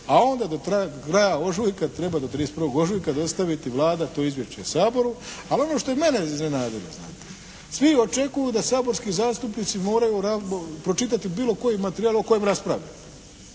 a onda do kraja ožujka treba do 31. ožujka dostaviti Vlada to izvješće Saboru. A ono što je mene iznenadilo znate, svi očekuju da saborski zastupnici moraju pročitati bilo koji materijal o kojem raspravljaju.